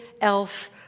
else